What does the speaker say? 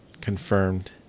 confirmed